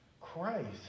Christ